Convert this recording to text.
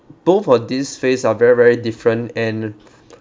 both of these phase are very very different and